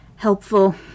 Helpful